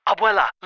Abuela